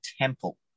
temple